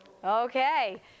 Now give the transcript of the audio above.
Okay